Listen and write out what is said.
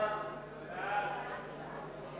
אין נמנעים.